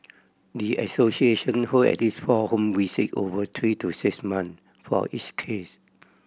the association hold at least four home visit over three to six months for each case